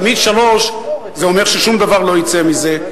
תמיד שלוש, זה אומר ששום דבר לא יצא מזה.